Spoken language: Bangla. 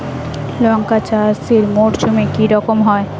লঙ্কা চাষ এই মরসুমে কি রকম হয়?